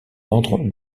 ordre